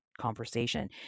conversation